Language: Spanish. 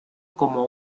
como